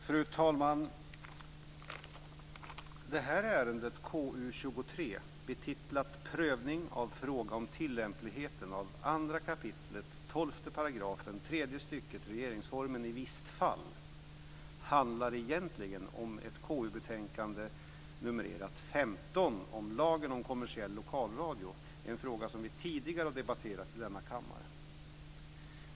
Fru talman! Det här ärendet, betänkande KU23, betitlat "Prövning av fråga om tillämpligheten av 2 kap. 12 § tredje stycket regeringsformen i visst fall", handlar egentligen om ett KU-betänkande numrerat KU15 om lagen om kommersiell lokalradio. Det är en fråga som vi tidigare har debatterat i denna kammare.